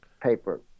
paper